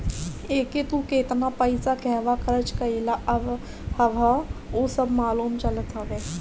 एके तू केतना पईसा कहंवा खरच कईले हवअ उ सब मालूम चलत हवे